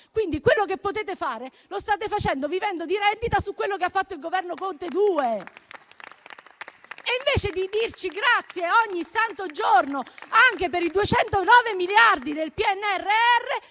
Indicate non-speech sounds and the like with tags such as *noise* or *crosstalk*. Quindi, quello che potete fare lo state facendo vivendo di rendita su quello che ha fatto il Governo Conte 2. *applause* E invece di dirci grazie ogni santo giorno, anche per i 209 miliardi del PNRR,